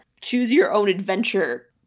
choose-your-own-adventure